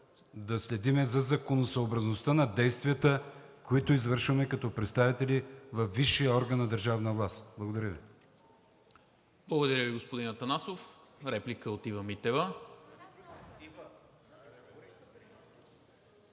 да следим за законосъобразността на действията, които извършваме като представители във висшия орган на държавната власт. Благодаря Ви. ПРЕДСЕДАТЕЛ НИКОЛА МИНЧЕВ: Благодаря Ви, господин Атанасов. Реплика от Ива Митева.